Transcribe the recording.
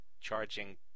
charging